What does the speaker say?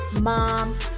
mom